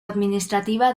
administrativa